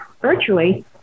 virtually